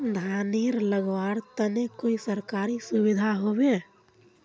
धानेर लगवार तने कोई सरकारी सुविधा होबे?